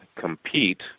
compete